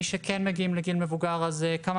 מי מאיתנו שכן מגיעים לגיל מבוגר אז כמה